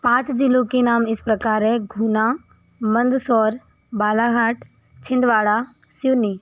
पाँच जिलों के नाम इस प्रकार हैं गुना मंदसौर बालाघाट छिंदवाड़ा सिवनी